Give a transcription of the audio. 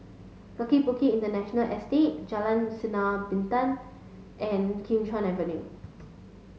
Kaki Bukit Industrial Estate Jalan Sinar Bintang and Kim Chuan Avenue